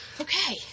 Okay